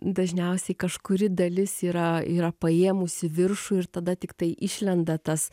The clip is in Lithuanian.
dažniausiai kažkuri dalis yra yra paėmusi viršų ir tada tiktai išlenda tas